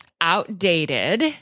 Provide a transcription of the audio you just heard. outdated